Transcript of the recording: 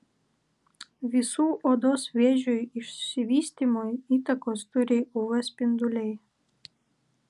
visų odos vėžių išsivystymui įtakos turi uv spinduliai